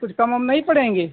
कुछ कम वम नहीं पड़ेंगे